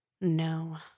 No